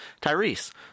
Tyrese